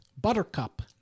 buttercup